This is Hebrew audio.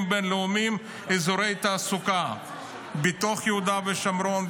בין-לאומיים אזורי תעסוקה בתוך יהודה ושומרון,